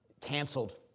canceled